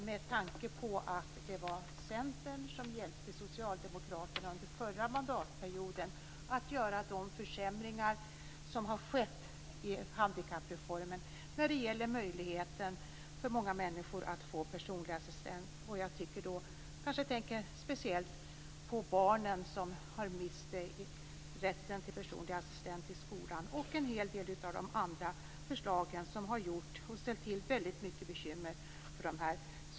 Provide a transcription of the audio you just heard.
Det var ju Centern som hjälpte Socialdemokraterna under den förra mandatperioden att göra försämringarna i handikappreformen i fråga om möjligheten för många människor att få personlig assistent. Jag tänker speciellt på barnen, som har mist rätten till personlig assistent i skolan, och en hel del av de andra förslag som har ställt till mycket bekymmer.